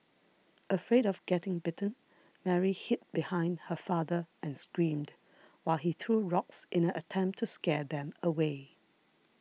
afraid of getting bitten Mary hid behind her father and screamed while he threw rocks in an attempt to scare them away